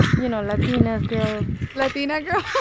you know, latina girls latina girls?